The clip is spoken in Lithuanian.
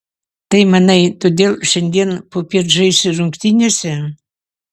tai manai todėl šiandien popiet žaisi rungtynėse